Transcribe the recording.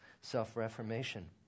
self-reformation